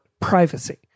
privacy